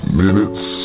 minutes